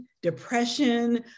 depression